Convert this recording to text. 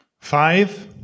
Five